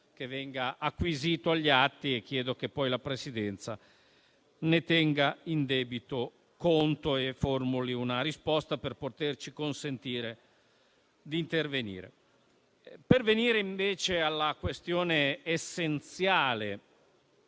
che venga acquisito agli atti e che poi la Presidenza ne tenga in debito conto e formuli una risposta che ci consenta di intervenire. Passando invece alla questione essenziale